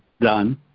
done